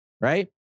Right